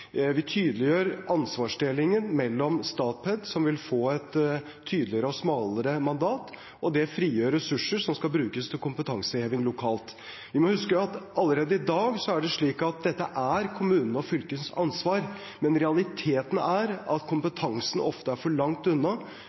Vi tydeliggjør ansvarsdelingen slik at Statped får et tydeligere og smalere mandat, og det frigjør ressurser som skal brukes til kompetanseheving lokalt. Vi må huske at allerede i dag er det slik at dette er kommunenes og fylkenes ansvar, men realiteten er at kompetansen ofte er for langt unna,